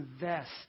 invest